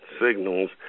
signals